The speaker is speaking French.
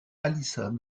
alison